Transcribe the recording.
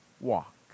walk